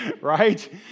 Right